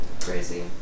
Crazy